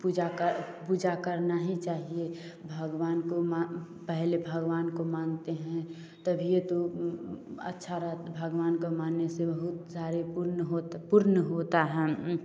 पूजा कर पूजा करना ही चाहिए भगवान को मा पहले भगवान को मानते हैं तभी तो अच्छा रहता भगवान को मानने से बहुत सारे पुण्य होते पुण्य होता है